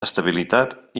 estabilitat